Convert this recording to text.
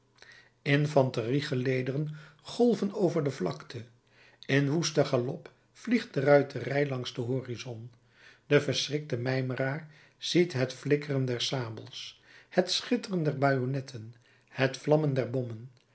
weder infanterie gelederen golven over de vlakte in woesten galop vliegt de ruiterij langs den horizon de verschrikte mijmeraar ziet het flikkeren der sabels het schitteren der bajonetten het vlammen der bommen